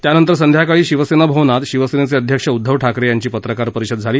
यानंतर संध्याकाळी शिवसेना भवनात शिवसेनेचे अध्यक्ष उद्धव ठाकरे यांची पत्रकार परिषद झाली